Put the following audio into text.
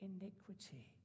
iniquity